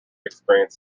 experience